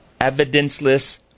evidenceless